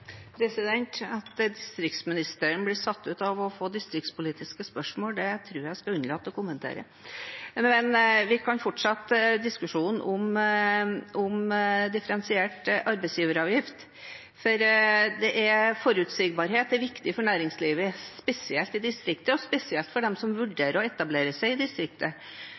At distriktsministeren blir satt ut av å få distriktspolitiske spørsmål, tror jeg jeg skal unnlate å kommentere. Men vi kan fortsette diskusjonen om differensiert arbeidsgiveravgift. Forutsigbarhet er viktig for næringslivet, spesielt i distriktene, og spesielt for dem som vurderer å etablere seg i